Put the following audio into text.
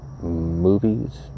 Movies